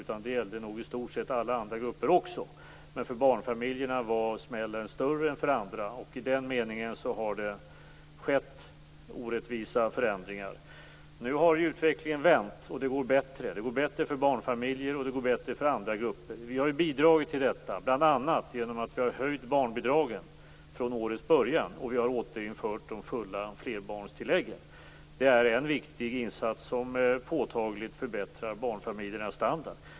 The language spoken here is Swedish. Det gällde nog i stort sett alla andra grupper också. För barnfamiljerna var smällen större än för andra. I den meningen har det skett orättvisa förändringar. Nu har utvecklingen vänt, och det går bättre för barnfamiljer och andra grupper. Vi har bidragit till detta, bl.a. genom att höja barnbidragen från årets början och genom att återinföra flerbarnstilläggen. Det är en viktig insats som påtagligt förbättrat barnfamiljernas standard.